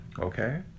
Okay